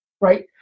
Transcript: right